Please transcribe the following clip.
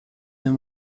than